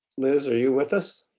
liz, are you with us?